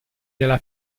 della